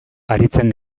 haritzen